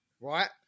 right